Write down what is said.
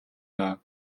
байв